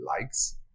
likes